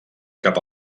cap